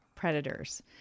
predators